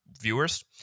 viewers